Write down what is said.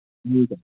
ठीक आहे